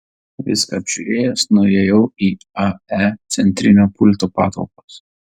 viską apžiūrėjęs nuėjau į ae centrinio pulto patalpas